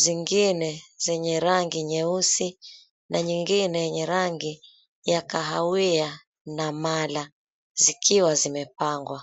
Zingine zenye rangi nyeusi, na nyingine yenye rangi ya kahawia na mala. Zikiwa zimepangwa.